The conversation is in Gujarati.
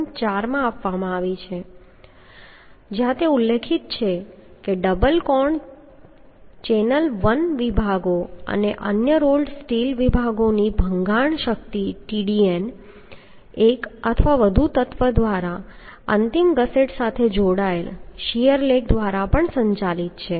4 માં આપવામાં આવી છે જ્યાં તે ઉલ્લેખિત છે કે ડબલ કોણ ચેનલ I વિભાગો અને અન્ય રોલ્ડ સ્ટીલ વિભાગોની ભંગાણ શક્તિ Tdn એક અથવા વધુ તત્વો દ્વારા અંતિમ ગસેટ સાથે જોડાયેલ શીયર લેગ દ્વારા પણ સંચાલિત છે